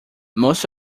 most